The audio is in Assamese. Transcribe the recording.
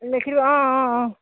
লিখিব অঁ অঁ অঁ